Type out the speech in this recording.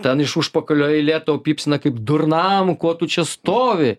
ten iš užpakalio eilė tau pypsina kaip durnam ko tu čia stovi